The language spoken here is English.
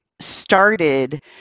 started